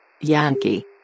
Yankee